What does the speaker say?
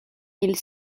mille